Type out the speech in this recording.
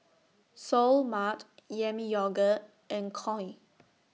Seoul Mart Yami Yogurt and Koi